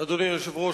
אדוני היושב-ראש,